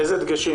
איזה דגשים